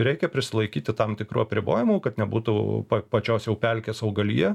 reikia prisilaikyti tam tikrų apribojimų kad nebūtų pačios jau pelkės augalija